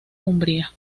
umbría